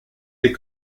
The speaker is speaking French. des